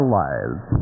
lives